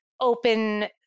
open